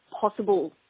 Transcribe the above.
possible